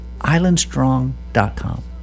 islandstrong.com